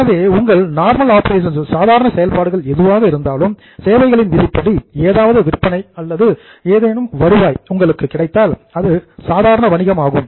எனவே உங்கள் normal operations சாதாரண செயல்பாடுகள் எதுவாக இருந்தாலும் சேவைகளின் விதிப்படி ஏதாவது விற்பனை அல்லது ஏதேனும் வருவாய் உங்களுக்கு கிடைத்தால் அது சாதாரண வணிகம் ஆகும்